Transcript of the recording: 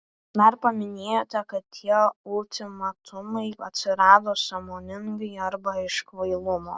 dar paminėjote kad tie ultimatumai atsirado sąmoningai arba iš kvailumo